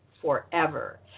Forever